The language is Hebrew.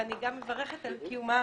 ואני גם מברכת על קיומם